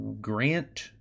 Grant